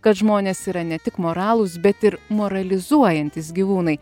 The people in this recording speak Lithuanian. kad žmonės yra ne tik moralūs bet ir moralizuojantys gyvūnai